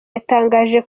yatangaje